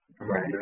Right